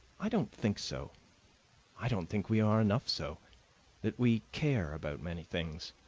i don't think so i don't think we are enough so that we care about many things.